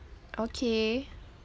okay